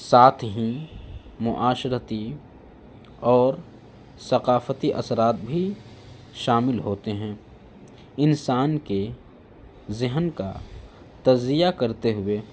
ساتھ ہی معاشرتی اور ثقافتی اثرات بھی شامل ہوتے ہیں انسان کے ذہن کا تجزیہ کرتے ہوئے